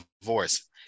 divorce